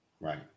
Right